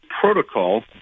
protocol